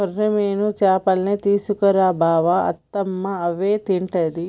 కొర్రమీను చేపల్నే తీసుకు రా బావ అత్తమ్మ అవే తింటది